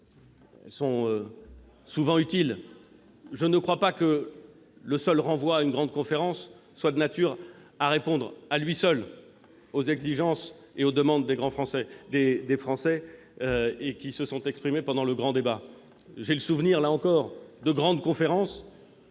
elles sont souvent utiles, mais je ne crois pas que le renvoi à une grande conférence soit de nature à répondre, à lui seul, aux exigences et aux demandes que les Français ont exprimées pendant le grand débat. J'ai le souvenir, là encore, de grandes conférences